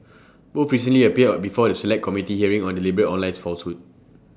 both recently appeared before the Select Committee hearing on deliberate online falsehoods